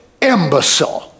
imbecile